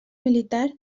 militar